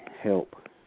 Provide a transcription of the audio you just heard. help